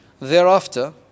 thereafter